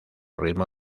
ritmo